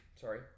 sorry